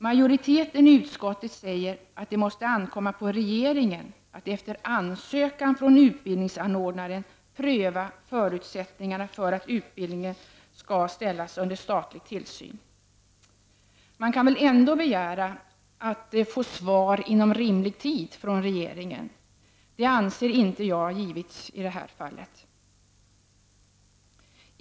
Majoriteten i utskottet säger att det måste ankomma på regeringen att efter ansökan från utbildningsanordnaren pröva förutsättningarna för att utbildningen skall ställas under statlig tillsyn. Man kan väl ändå begära att få svar inom rimlig tid från regeringen, men något svar har inte givits i detta fall.